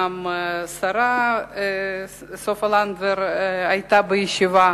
גם השרה סופה לנדבר היתה בישיבה,